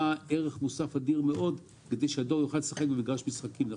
ערך אדיר כדי שהדואר יוכל לשחק במגרש משחקים נכון.